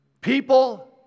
people